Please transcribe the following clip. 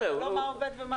הוא לא אמר מה עובד ומה לא.